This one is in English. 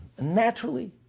naturally